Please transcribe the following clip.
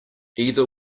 either